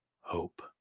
hope